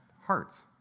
hearts